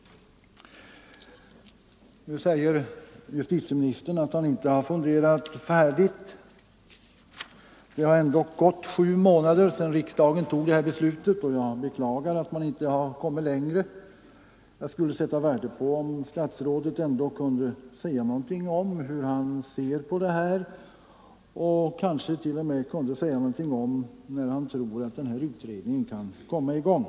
Nu säger justitieministern att han inte funderat färdigt; det har ändock gått sju månader sedan riksdagen fattade beslutet, och jag beklagar att man inte kommit längre. Jag skulle sätta värde på om statsrådet ändå kunde säga någonting om hur han ser på detta och kanske t.o.m. när han tror att utredningen kan komma i gång. Överläggningen var härmed slutad.